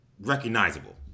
recognizable